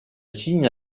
signe